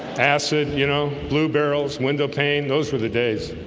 acid you know blue barrels windowpane. those were the days